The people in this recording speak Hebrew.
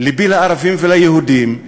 לבי לערבים וליהודים,